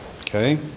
Okay